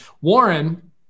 Warren